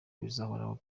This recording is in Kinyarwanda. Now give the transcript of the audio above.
bizahoraho